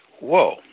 whoa